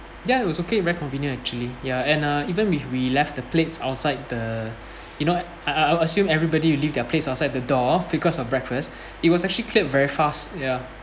ya it was okay very convenient actually ya and uh even if we left the plates outside the you know I I'll assume everybody will leave their plates outside the door because of breakfast it was actually cleared very fast ya